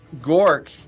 Gork